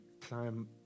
time